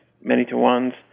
many-to-ones